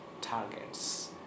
targets